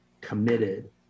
committed